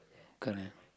correct